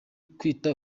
kwita